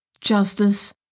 justice